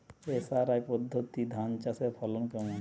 SRI পদ্ধতি ধান চাষের ফলন কেমন?